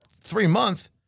Three-month